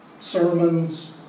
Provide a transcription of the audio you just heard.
Sermons